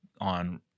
on